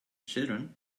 children